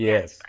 Yes